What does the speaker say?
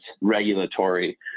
regulatory